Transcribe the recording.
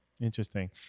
Interesting